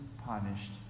punished